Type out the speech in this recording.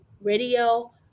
radio